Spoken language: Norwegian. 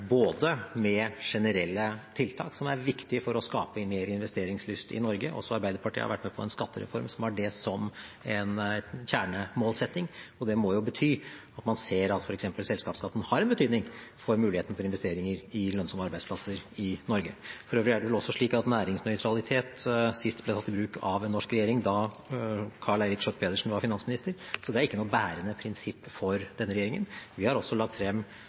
for å skape mer investeringslyst i Norge. Også Arbeiderpartiet har vært med på en skattereform som har det som en kjernemålsetting, og det må jo bety at man ser at f.eks. selskapskatten har en betydning for muligheten til investeringer i lønnsomme arbeidsplasser i Norge. For øvrig er det vel også slik at næringsnøytralitet sist ble tatt i bruk av en norsk regjering da Karl Eirik Schjøtt-Pedersen var finansminister, så det er ikke noe bærende prinsipp for denne regjeringen. Vi har også lagt frem